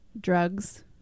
drugs